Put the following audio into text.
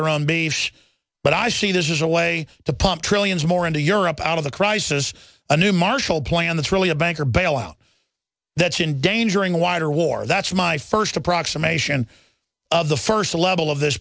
their own beefs but i see this is a way to pump trillions more into europe out of the crisis a new marshall plan that's really a banker bailout that's endangering a wider war that's my first approximation of the first level of this